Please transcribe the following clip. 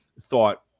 thought